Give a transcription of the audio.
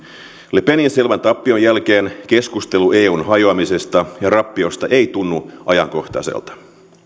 le penin selvän tappion jälkeen keskustelu eun hajoamisesta ja rappiosta ei tunnu ajankohtaiselta